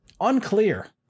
Unclear